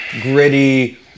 gritty